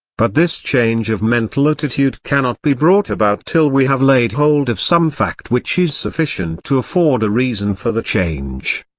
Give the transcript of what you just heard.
but this change of mental attitude cannot be brought about till we have laid hold of some fact which is sufficient to afford a reason for the change.